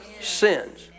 sins